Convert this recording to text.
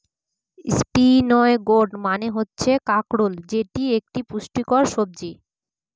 spiny gourd মানে হচ্ছে কাঁকরোল যেটি একটি পুষ্টিকর সবজি